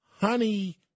honey